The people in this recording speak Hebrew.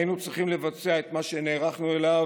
היינו צריכים לבצע את מה שנערכנו אליו